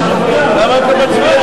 לסעיף 36,